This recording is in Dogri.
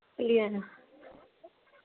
भुल्ली जाना